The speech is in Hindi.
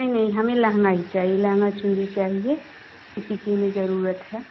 नहीं नहीं हमें लहँगा ही चाहिए लहँगा चुनरी चाहिए इसी की हमें ज़रूरत है